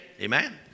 Amen